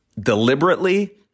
deliberately